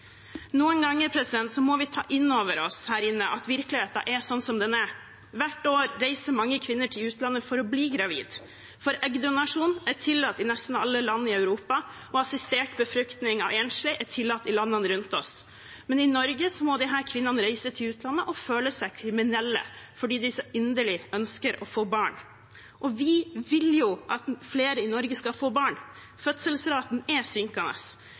Noen ganger må vi ta inn over oss her inne at virkeligheten er slik som den er. Hvert år reiser mange kvinner til utlandet for å bli gravide, for eggdonasjon er tillatt i nesten alle land i Europa, og assistert befruktning av enslige er tillatt i landene rundt oss. Men i Norge må disse kvinnene reise til utlandet og føle seg kriminelle fordi de så inderlig ønsker å få barn. Vi vil jo at flere i Norge skal få barn. Fødselsraten er synkende.